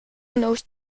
knows